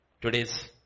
Today's